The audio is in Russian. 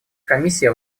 комиссия